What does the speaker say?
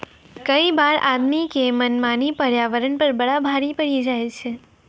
कई बार आदमी के मनमानी पर्यावरण पर बड़ा भारी पड़ी जाय छै